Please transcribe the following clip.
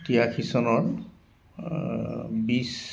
তিৰাশী চনৰ বিশ